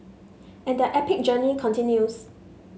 and their epic journey continues